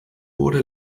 wurde